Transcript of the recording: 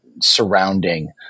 surrounding